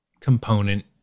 component